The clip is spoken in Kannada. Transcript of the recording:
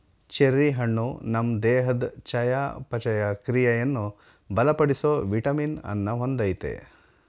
ಚೆರಿ ಹಣ್ಣು ನಮ್ ದೇಹದ್ ಚಯಾಪಚಯ ಕ್ರಿಯೆಯನ್ನು ಬಲಪಡಿಸೋ ವಿಟಮಿನ್ ಅನ್ನ ಹೊಂದಯ್ತೆ